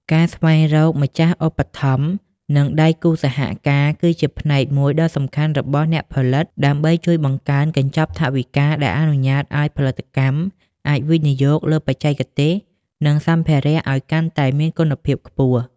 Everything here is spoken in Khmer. ការស្វែងរកម្ចាស់ឧបត្ថម្ភ និងដៃគូសហការគឺជាផ្នែកមួយដ៏សំខាន់របស់អ្នកផលិត ដើម្បីជួយបង្កើនកញ្ចប់ថវិកាដែលអនុញ្ញាតឱ្យផលិតកម្មអាចវិនិយោគលើបច្ចេកទេស និងសម្ភារៈឱ្យកាន់តែមានគុណភាពខ្ពស់។